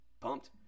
Pumped